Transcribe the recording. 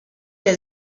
der